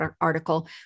article